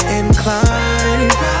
inclined